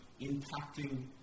impacting